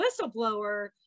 whistleblower